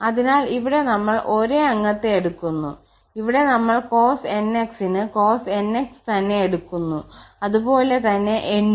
അതിനാൽ ഇവിടെ നമ്മൾ ഒരേ അംഗത്തെ എടുക്കുന്നു ഇവിടെ നമ്മൾ cos 𝑛𝑥 ന് cos 𝑛𝑥 തന്നെ എടുക്കുന്നു അതുപോലെ തന്നെ 𝑛 ഉം